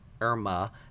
Irma